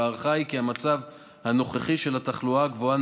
וההערכה היא כי המצב הנוכחי של התחלואה הגבוהה